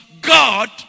God